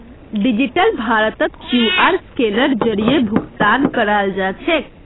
digital भारतत QR scanner जरीए भुकतान कराल जाछेक